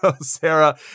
Sarah